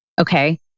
Okay